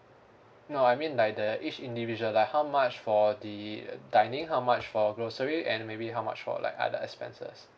no I mean like the each individual like how much for the dining how much for grocery and maybe how much for like other expenses